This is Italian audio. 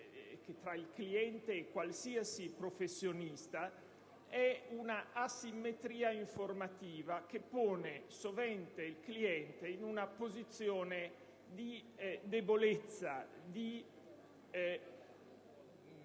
tra il cliente e qualsiasi professionista, è l'asimmetria informativa che pone sovente il cliente in una posizione di debolezza e di